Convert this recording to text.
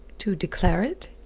to declare it?